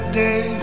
day